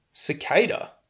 cicada